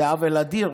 זה עוול אדיר.